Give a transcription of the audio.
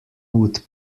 would